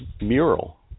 mural